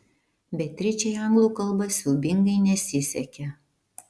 beatričei anglų kalba siaubingai nesisekė